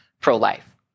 pro-life